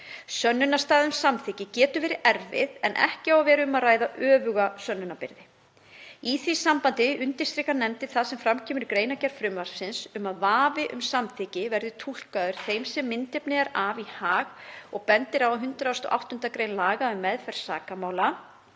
Sönnunarstaða um samþykki getur verið erfið en ekki á að vera um að ræða öfuga sönnunarbyrði. Í því sambandi undirstrikar nefndin það sem fram kemur í greinargerð frumvarpsins um að vafi um samþykki verði túlkaður þeim sem myndefnið er af í hag og bendir á að í 108. gr. laga um meðferð sakamála,